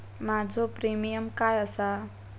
माझो प्रीमियम काय आसा?